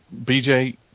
BJ